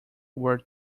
were